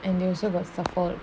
and they also got southfort